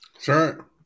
Sure